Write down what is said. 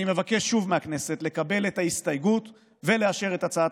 אני מבקש שוב מהכנסת לקבל את ההסתייגות ולאשר את הצעת